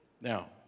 now